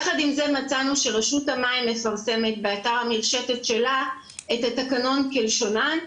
יחד עם זה מצאנו שרשות המים מפרסמת באתר המרשתת שלה את התקנון כלשונן,